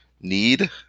need